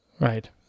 Right